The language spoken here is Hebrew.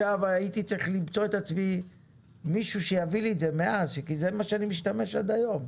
הייתי צריך למצוא מישהו שיביא לי את זה כי בזה אני משתמש עד היום.